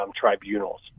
tribunals